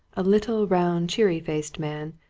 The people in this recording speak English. a little, round, cheery-faced man,